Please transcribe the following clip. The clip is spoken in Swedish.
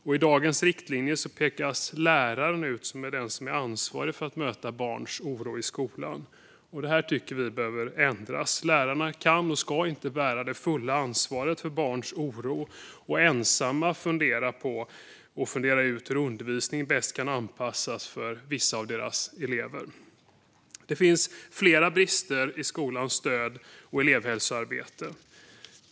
Och i dagens riktlinjer pekas läraren ut som den som är ansvarig för att möta barns oro i skolan. Detta tycker vi behöver ändras. Lärarna kan och ska inte bära det fulla ansvaret för barns oro och ensamma behöva fundera ut hur undervisningen bäst kan anpassas för vissa av deras elever. Det finns flera brister i skolans stöd och elevhälsoarbete.